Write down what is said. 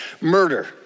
murder